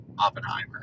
Oppenheimer